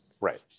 Right